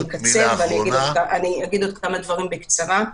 אני אגיד עוד כמה דברים בקצרה.